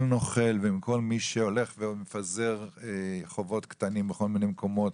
נוכל ומכל מי שמפזר חובות קטנים בכל מיני מקומות,